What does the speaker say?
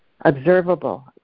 Observable